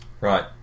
Right